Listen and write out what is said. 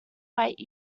white